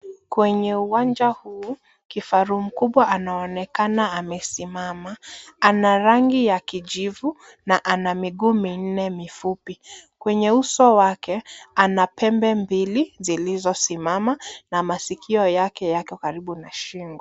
Kwenye uwanja huu kifaru mkubwa anaonekana amesimama. Ana rangi ya kijivu na ana miguu minne mifupi. Kwenye uso wake ana pembe mbili zilizosimama na masikio yake yako karibu na shingo.